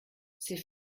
c’est